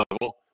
level